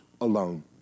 alone